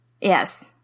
yes